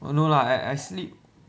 oh no lah I I sleep